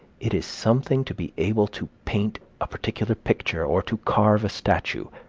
it is something to be able to paint a particular picture, or to carve a statue,